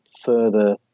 further